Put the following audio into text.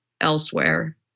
elsewhere